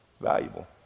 valuable